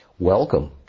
Welcome